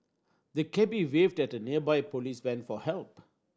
the cabby waved at a nearby police van for help